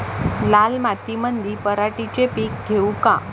लाल मातीमंदी पराटीचे पीक घेऊ का?